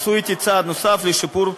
עשו אתי צעד נוסף לשיפור,